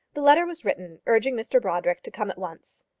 the letter was written urging mr brodrick to come at once.